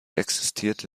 existierte